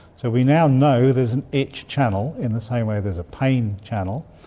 so we now know there's an itch channel in the same way there's a pain channel,